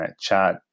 chat